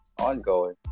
ongoing